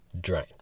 drain